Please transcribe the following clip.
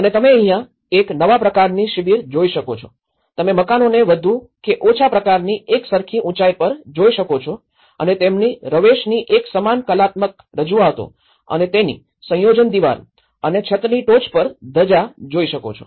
અને તમે અહીંયા એક નવા પ્રકારની શિબિર જોઈ શકો છે તમે મકાનોને વધુ કે ઓછા પ્રકારની એકસરખી ઊંચાઈ પર જોઈ શકો છો અને તેમની રવેશની એક સમાન કલાત્મક રજૂઆતો અને તેની સંયોજન દીવાલ અને છતની ટોચ પર ધજા જોઈ શકો છો